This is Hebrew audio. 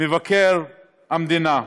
מבקר המדינה.